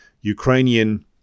Ukrainian